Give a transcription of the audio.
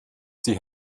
sie